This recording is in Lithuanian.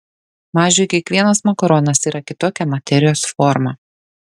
mažiui kiekvienas makaronas yra kitokia materijos forma